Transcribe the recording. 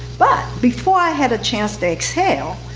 but before i had a chance to exhale,